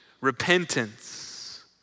repentance